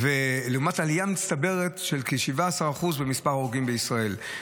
לעומת עלייה מצטברת של כ-17% במספר ההרוגים בישראל.